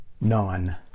None